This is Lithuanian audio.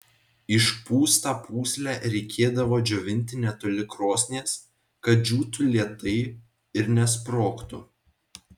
išpūstą pūslę reikėdavo džiovinti netoli krosnies kad džiūtų lėtai ir nesprogtų